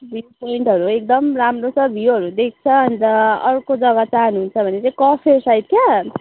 view पोइन्टहरू एकदम राम्रो छ भ्यूहरू देख्छ अन्त अर्को जग्गा चाहिँ जानु हुन्छ भने चाहिँ कफेर साइड क्या